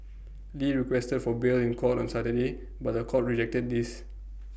lee requested for bail in court on Saturday but The Court rejected this